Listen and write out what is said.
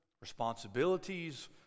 responsibilities